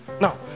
now